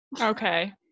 Okay